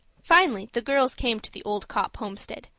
finally the girls came to the old copp homestead.